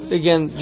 again